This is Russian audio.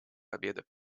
победа